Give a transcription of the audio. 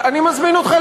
לא נכון.